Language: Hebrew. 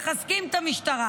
מחזקים את המשטרה,